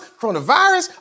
coronavirus